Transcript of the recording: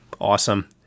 Awesome